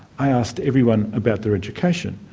i asked everyone about their education,